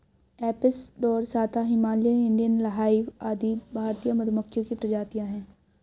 Apis dorsata, Himalayan, Indian hive आदि भारतीय मधुमक्खियों की प्रजातियां है